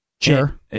sure